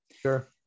Sure